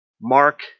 Mark